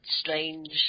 strange